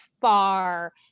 far